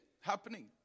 happening